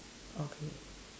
okay